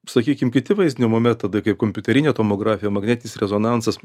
sakykim kiti vaizdinimo metodai kaip kompiuterinė tomografija magnetinis rezonansas